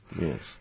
Yes